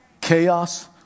chaos